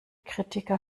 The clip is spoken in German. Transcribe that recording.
kritiker